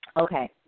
Okay